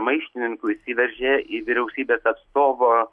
maištininkų įsiveržė į vyriausybės atstovo